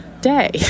day